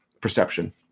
Perception